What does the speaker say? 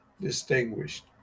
distinguished